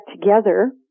together